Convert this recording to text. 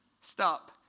Stop